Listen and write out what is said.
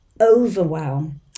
overwhelm